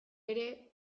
ere